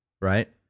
right